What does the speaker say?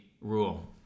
rule